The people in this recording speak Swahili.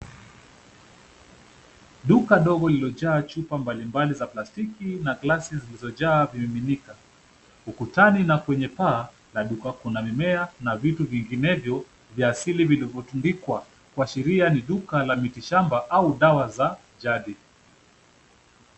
Duka dogo lililojaa chupa mbali mbali za plastiki na glasi zilizojaa vimemiminika. Ukutani na kwenye paa la duka kuna mimea na vitu vinginevyo vya asili vilivyo tundikwa kuashiria ni duka la miti shamba au dawa za jadi.